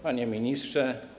Panie Ministrze!